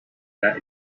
that